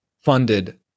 funded